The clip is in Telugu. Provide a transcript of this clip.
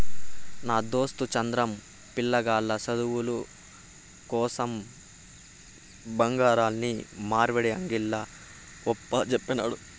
నా దోస్తు చంద్రం, పిలగాల్ల సదువుల కోసరం బంగారాన్ని మార్వడీ అంగిల్ల ఒప్పజెప్పినాడు